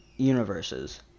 universes